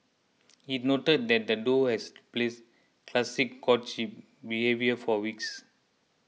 it noted that the duo has place classic courtship behaviour for weeks